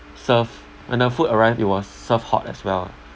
served when the food arrived it was served hot as well ah